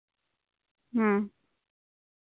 ᱦᱩᱸ